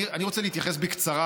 אני רוצה להתייחס בקצרה,